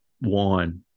wine